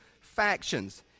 factions